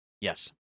Yes